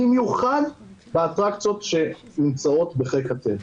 במיוחד באטרקציות שנמצאות בחיק הטבע.